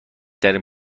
ترین